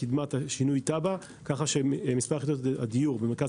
קידמה שינוי תב"ע כך שמספר יחידות הדיור במרכז